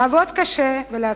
לעבוד קשה ולהצליח.